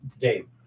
Dave